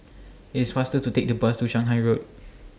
It's faster to Take The Bus to Shanghai Road